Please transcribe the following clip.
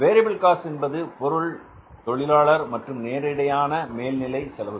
variable cost என்பது பொருள் தொழிலாளர் மற்றும் நேரிடையான மேல்நிலை செலவுகள்